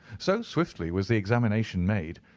so swiftly was the examination made,